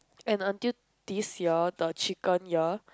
and until this year the chicken year